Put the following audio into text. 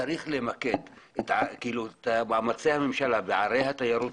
וצריך למקד את מאמצי הממשלה בערי התיירות